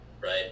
right